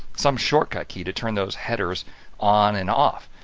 some shortcut key to turn those headers on and off.